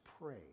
pray